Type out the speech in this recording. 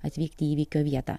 atvykt į įvykio vietą